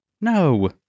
No